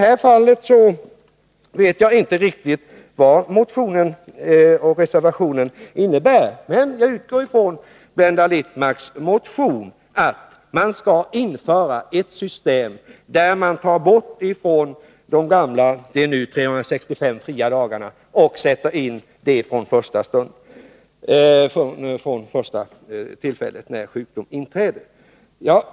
I det fallet vet jag inte riktigt vad reservationen innebär, men jag utgår ifrån den motion som Blenda Littmarck står bakom, och jag finner då att moderaterna vill införa ett system där de 365 fria dagarna tas bort från de gamla och vårdavgifter sätts in från första vårdtillfället.